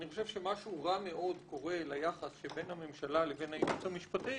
אני חושב שמשהו רע מאוד קורה ליחס שבין הממשלה לבין הייעוץ המשפטי,